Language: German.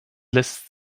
lässt